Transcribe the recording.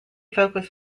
focus